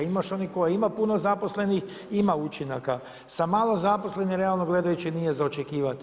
Imaš onih koja ima puno zaposlenih ima učenika, sa malo zaposlenih realno gledajući nije za očekivati.